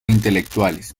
intelectuales